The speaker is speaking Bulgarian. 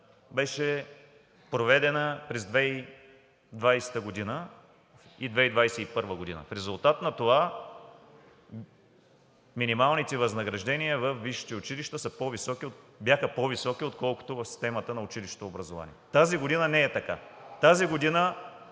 беше проведена през 2020-а и 2021 г. В резултат на това минималните възнаграждения във висшите училища бяха по-високи, отколкото в системата на училищното образование. Тази година не е така. Тази година